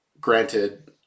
granted